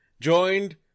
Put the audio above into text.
joined